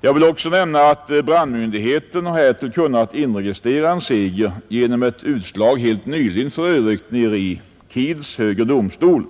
Jag vill också nämna att brandmyndigheterna härtill har kunnat inregistrera en seger genom ett utslag — helt nyligen, för övrigt — i Kiels högre domstol.